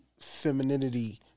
femininity